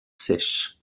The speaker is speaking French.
sèche